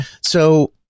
So-